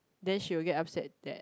then she will get upset that